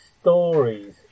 stories